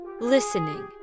listening